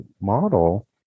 model